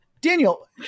daniel